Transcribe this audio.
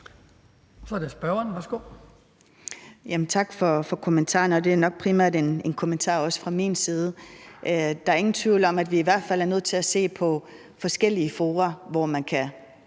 15:45 Aaja Chemnitz (IA): Tak for svaret, og det her er nok også primært en kommentar fra min side. Der er ingen tvivl om, at vi i hvert fald er nødt til at se på forskellige fora, hvor man kan